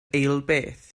eilbeth